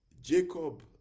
Jacob